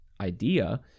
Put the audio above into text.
idea